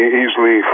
easily